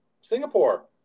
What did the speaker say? Singapore